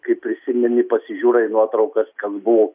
kai prisimeni pasižiūri į nuotraukas kas buvo